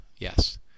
Yes